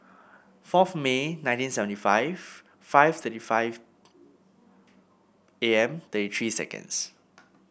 fourth May nineteen seventy five five thirty five A M then three seconds